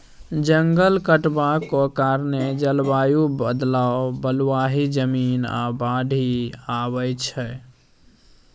जंगल कटबाक कारणेँ जलबायु बदलब, बलुआही जमीन, आ बाढ़ि आबय छै